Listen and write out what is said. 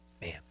Man